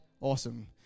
Awesome